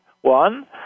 One